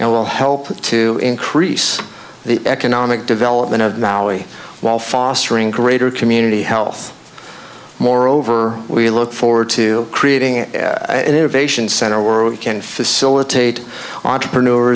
and will help to increase the economic development of maui while fostering greater community health moreover we look forward to creating an innovation center where we can facilitate entrepreneur